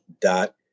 dot